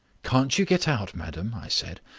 can't you get out, madam? i said,